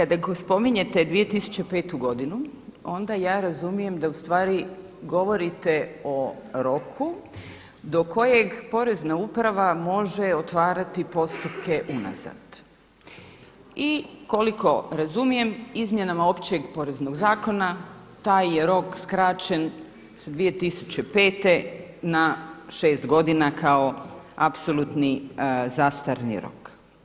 Kada spominjete 2005. godinu onda ja razumijem da ustvari govorite o roku do kojeg Porezna uprava može otvarati postupke unazad i koliko razumijem izmjenama Općeg poreznog zakona taj je rok skraćen sa 2005. na šest godina kao apsolutni zastarni rok.